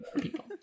people